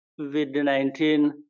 COVID-19